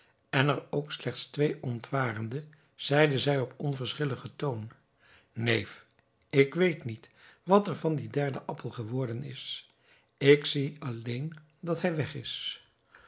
en er ook slechts twee ontwarende zeide zij op onverschilligen toon neef ik weet niet wat er van dien derden appel geworden is ik zie alleen dat hij weg is